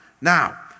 Now